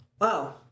Wow